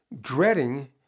dreading